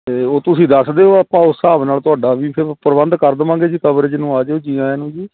ਅਤੇ ਉਹ ਤੁਸੀਂ ਦੱਸ ਦਿਓ ਆਪਾਂ ਉਸ ਹਿਸਾਬ ਨਾਲ਼ ਤੁਹਾਡਾ ਵੀ ਫਿਰ ਪ੍ਰਬੰਧ ਕਰ ਦੇਵਾਂਗੇ ਜੀ ਕਵਰੇਜ ਨੂੰ ਆ ਜਿਓ ਜੀ ਆਇਆਂ ਨੂੰ ਜੀ